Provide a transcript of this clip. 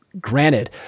granted